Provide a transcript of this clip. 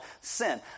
sin